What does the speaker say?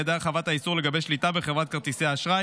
ידי הרחבת האיסור לגבי שליטה בחברת כרטיסי אשראי